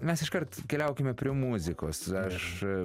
mes iškart keliaukime prie muzikos aš